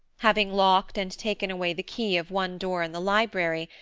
having locked and taken away the key of one door in the library,